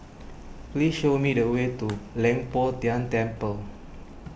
please show me the way to Leng Poh Tian Temple